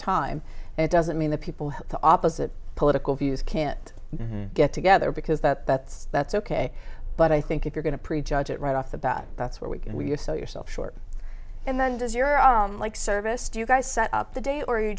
time and it doesn't mean the people who are the opposite political views can't get together because that that's that's ok but i think if you're going to prejudge it right off the bat that's where we can we're so yourself short and then does your service to you guys set up the day or you